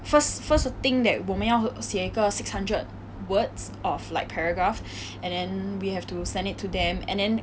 first first thing that 我们要写一个 six hundred words of like paragraph and then we have to send it to them and then